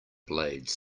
blades